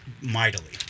mightily